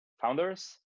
founders